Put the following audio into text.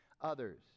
others